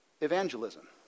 evangelism